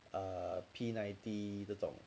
ah P ninety 这种